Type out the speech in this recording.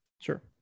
Sure